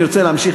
אני רוצה להמשיך,